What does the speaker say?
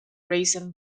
raisin